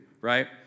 right